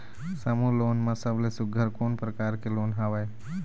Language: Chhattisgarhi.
समूह लोन मा सबले सुघ्घर कोन प्रकार के लोन हवेए?